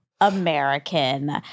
American